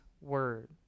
word